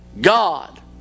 God